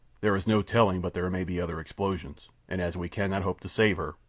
there is no telling but there may be other explosions, and as we cannot hope to save her,